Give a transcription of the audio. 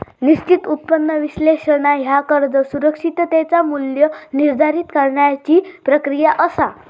निश्चित उत्पन्न विश्लेषण ह्या कर्ज सुरक्षिततेचा मू्ल्य निर्धारित करण्याची प्रक्रिया असा